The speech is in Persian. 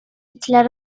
هیتلر